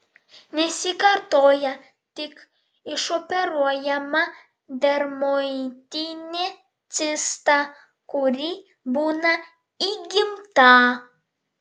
nesikartoja tik išoperuojama dermoidinė cista kuri būna įgimta